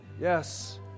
Yes